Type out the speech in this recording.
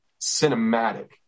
cinematic